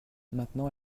maintenant